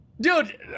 Dude